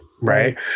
right